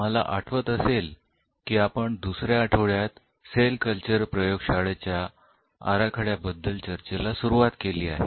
तुम्हाला आठवत असेल की आपण दुसऱ्या आठवड्यात सेल कल्चर प्रयोगशाळेच्या आराखड्या बद्दल चर्चेला सुरुवात केलेली आहे